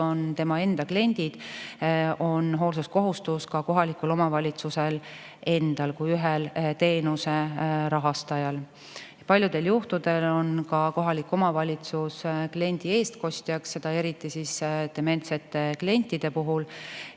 on tema enda kliendid, on hoolsuskohustus ka kohalikul omavalitsusel endal kui ühel teenuse rahastajal. Paljudel juhtudel on kohalik omavalitsus ka kliendi eestkostja, seda eriti dementsete klientide puhul,